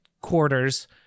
quarters